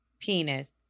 Penis